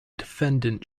defendant